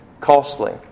costly